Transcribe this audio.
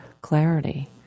clarity